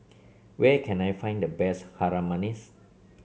where can I find the best Harum Manis